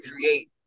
create